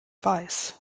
weiß